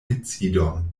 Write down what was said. decidon